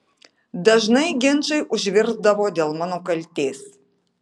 dažnai ginčai užvirdavo dėl mano kaltės